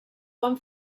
bon